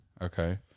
Okay